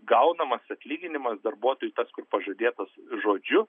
gaunamas atlyginimas darbuotojui tas kur pažadėtas žodžiu